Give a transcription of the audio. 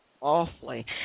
awfully